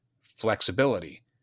flexibility